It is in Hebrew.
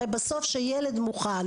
הרי בסוף כשילד מוכן,